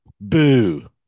boo